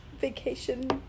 vacation